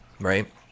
Right